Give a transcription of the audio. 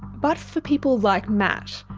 but for people like matt,